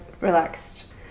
relaxed